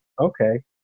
Okay